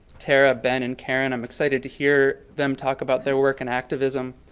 tara, ben, and karen. i'm excited to hear them talk about their work in activism.